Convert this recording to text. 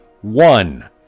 one